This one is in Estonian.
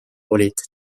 olid